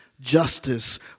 justice